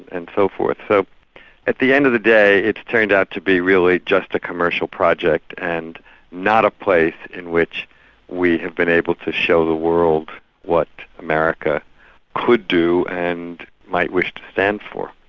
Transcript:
and so forth. so at the end of the day it's turned out to be really just a commercial project and not a place in which we have been able to show the world what america could do and might wish to stand for.